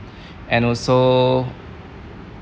and also